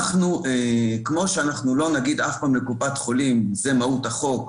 אנחנו לא נגיד אף פעם, וזאת מהות החוק,